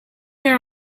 are